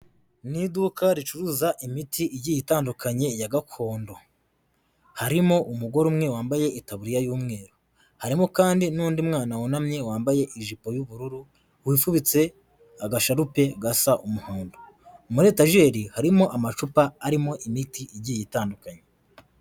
Ni iduka ricuruza imiti igiye itandukanye ya gakondo. Harimo umugore umwe wambaye itaburiya y'umweru. Harimo kandi n'undi mwana wunamye wambaye ijipo y'ubururu, wifubitse agasharupe gasa umuhondo. Muri etajeri harimo amacupa arimo imiti igiye itandukanye.